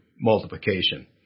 multiplication